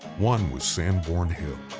one was sandborn hill.